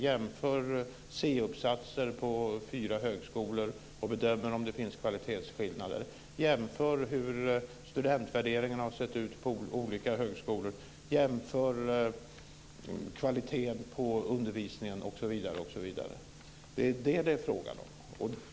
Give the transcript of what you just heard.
Jämför C-uppsatser på fyra högskolor och bedöm om det finns kvalitetsskillnader! Jämför hur studentvärderingen har sett ut på olika högskolor! Jämför kvaliteten på undervisningen osv.! Det är detta som det är fråga om.